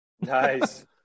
Nice